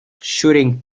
shooting